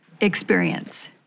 experience